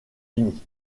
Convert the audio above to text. unis